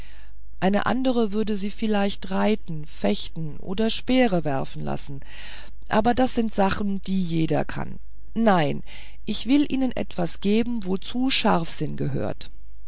eine andere würde sie vielleicht reiten fechten oder speere werfen lassen aber das sind sachen die ein jeder kann nein ich will ihnen etwas geben wozu scharfsinn gehört